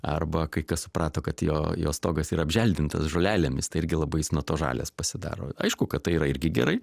arba kai kas suprato kad jo stogas yra apželdintas žolelėmis tai irgi labai jis nuo to žalias pasidaro aišku kad tai yra irgi gerai